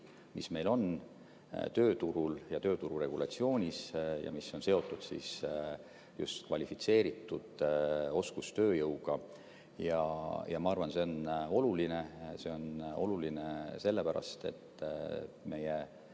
mis meil on tööturul ja töötururegulatsioonis ja mis on seotud just kvalifitseeritud oskustööjõuga. Ma arvan, et see on oluline. See on oluline sellepärast, et meie